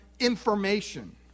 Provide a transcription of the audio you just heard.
information